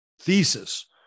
Thesis